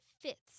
fits